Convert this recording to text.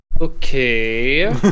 okay